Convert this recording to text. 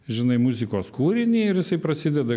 žinai muzikos kūrinį ir jisai prasideda